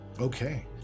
Okay